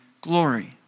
glory